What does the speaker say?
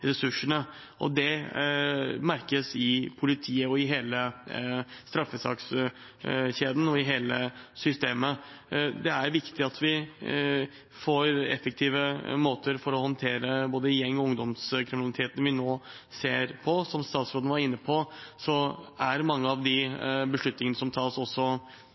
ressursene. Det merkes i politiet, i hele straffesakskjeden og i hele systemet. Det er viktig at vi får effektive måter å håndtere både gjeng- og ungdomskriminaliteten vi nå ser, på. Som statsråden var inne på, er mange av de beslutningene som tas, også